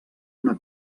una